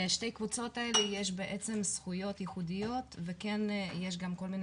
לשתי קבוצות אלה יש בעצם זכויות ייחודיות וכן יש גם כל מיני